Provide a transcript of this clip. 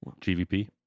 GVP